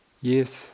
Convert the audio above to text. Yes